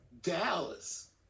Dallas